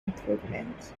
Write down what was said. improvement